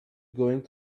going